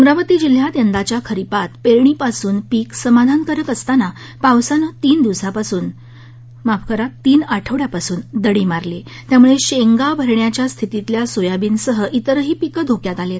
अमरावती जिल्ह्यात यंदाच्या खरीपात पेरणीपासून पीक समाधानकारक असताना पावसाने तीन आठवड्यांपासून दडी मारली त्यामुळे शेंगा भरण्याच्या स्थितीतील सोयाबीनसह जिरही पीके धोक्यात आली आहेत